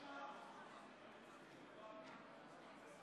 49. אנחנו נעבור עכשיו להצבעה על הסתייגות